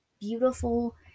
beautiful